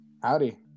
Howdy